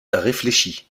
réfléchie